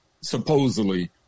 supposedly